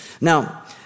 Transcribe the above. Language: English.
Now